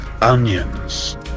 onions